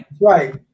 Right